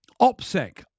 OPSEC